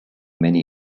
many